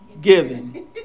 giving